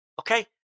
Okay